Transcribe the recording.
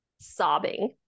sobbing